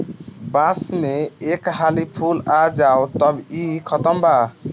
बांस में एक हाली फूल आ जाओ तब इ खतम बा